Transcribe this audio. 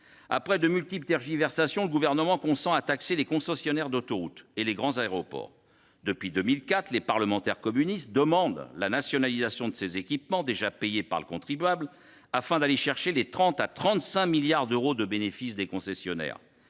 Après de multiples tergiversations, le Gouvernement consent à taxer les concessionnaires d’autoroutes et les grands aéroports. Depuis 2004, les parlementaires communistes demandent la nationalisation de ces équipements déjà payés par le contribuable, afin d’aller chercher les bénéfices des concessionnaires,